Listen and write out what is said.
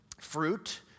fruit